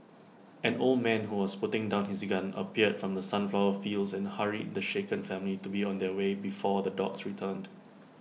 an old man who was putting down his gun appeared from the sunflower fields and hurried the shaken family to be on their way before the dogs returned